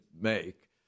make